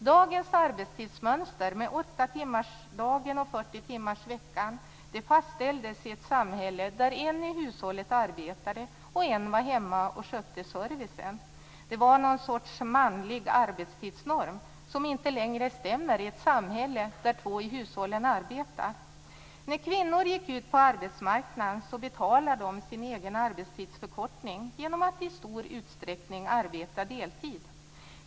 Dagens arbetstidsmönster med 8-timmarsdagen och 40 timmarsveckan fastställdes i ett samhälle där en i hushållet arbetade och där en var hemma och skötte servicen. Det var någon sorts manlig arbetstidsnorm som inte längre stämmer i ett samhälle där två i hushållet arbetar. När kvinnor gick ut på arbetsmarknaden, betalade de sin egen arbetstidsförkortning genom att i stor utsträckning arbeta deltid.